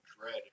dread